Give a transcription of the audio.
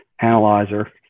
analyzer